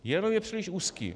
Jenom je příliš úzký.